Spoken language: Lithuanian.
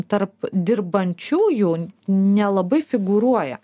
tarp dirbančiųjų nelabai figūruoja